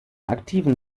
aktiven